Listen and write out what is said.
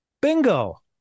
bingo